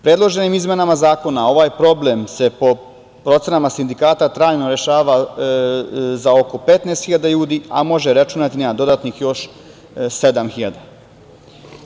Predloženim izmenama zakona, ovaj problem se po procenama sindikata trajno rešava za oko 15.000 ljudi, a možemo računati i na dodatnih još 7.000.